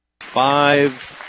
five